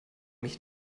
mich